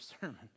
sermon